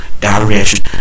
direction